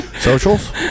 Socials